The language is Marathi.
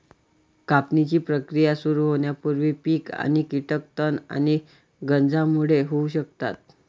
कापणीची प्रक्रिया सुरू होण्यापूर्वी पीक आणि कीटक तण आणि गंजांमुळे होऊ शकतात